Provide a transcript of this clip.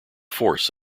force